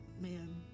man